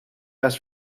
best